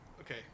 Okay